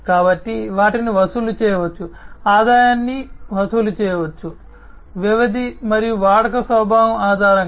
కాబట్టి వాటి ఆదాయాన్ని వసూలు చేయవచ్చు వ్యవధి మరియు వాడుక స్వభావం ఆధారంగా